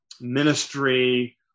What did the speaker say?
ministry